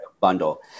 bundle